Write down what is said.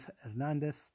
Hernandez